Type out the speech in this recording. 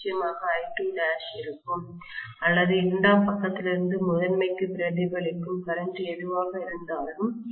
நிச்சயமாக I2' இருக்கும் அல்லது இரண்டாம் பக்கத்திலிருந்து முதன்மைக்கு பிரதிபலிக்கும் கரண்ட் எதுவாக இருந்தாலும்